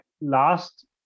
last